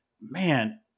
Man